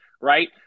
right